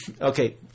Okay